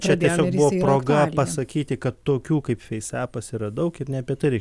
čia tiesiog buvo proga pasakyti kad tokių kaip feisepas yra daug ir ne apie tai reik